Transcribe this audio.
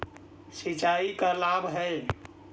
सिंचाई का लाभ है?